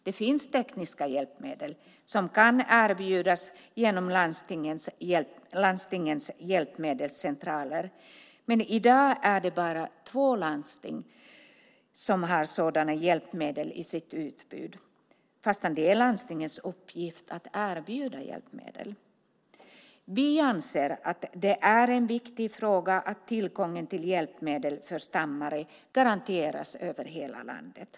Det finns tekniska hjälpmedel som kan erbjudas genom landstingens hjälpmedelscentraler, men i dag är det bara två landsting som har sådana hjälpmedel i sitt utbud, fastän det är landstingens uppgift att erbjuda hjälpmedel. Vi anser att det är en viktig fråga att tillgången till hjälpmedel för stammare garanteras över hela landet.